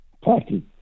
party